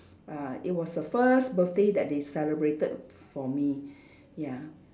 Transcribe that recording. ah it was the first birthday that they celebrated for me ya